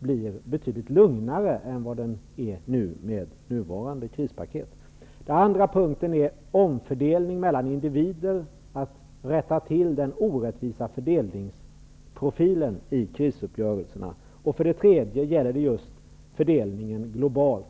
blir betydligt lugnare än vad den är med nuvarande krispaket. För det andra skall vi omfördela mellan individer, rätta till den orättvisa fördelningsprofilen i krisuppgörelserna. Den tredje punkten gäller just fördelningen globalt.